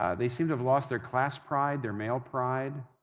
ah they seem to have lost their class pride, their male pride.